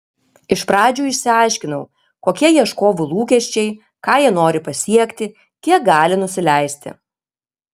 iš pradžių išsiaiškinau kokie ieškovų lūkesčiai ką jie nori pasiekti kiek gali nusileisti